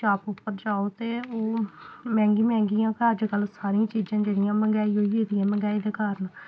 shop उप्पर जाओ ते ओह् मैंह्गियां मैंह्गियां अज्ज कल सारियां चीज़ां जेह्ड़ियां मंह्गाई होई गेदी ऐ मैंह्गाई दे कारण